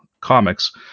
comics